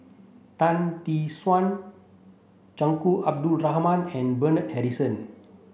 Tan Tee Suan Tunku Abdul Rahman and Bernard Harrison